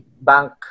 Bank